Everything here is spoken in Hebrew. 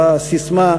בססמה,